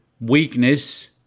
Weakness